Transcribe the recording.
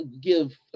Give